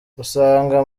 usanga